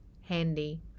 handy